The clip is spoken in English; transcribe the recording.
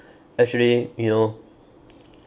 actually you know